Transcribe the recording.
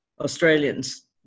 Australians